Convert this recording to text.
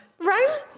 Right